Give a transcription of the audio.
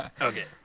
okay